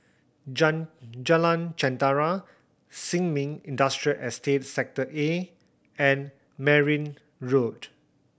Jalan Jentera Sin Ming Industrial Estate Sector A and Merryn Road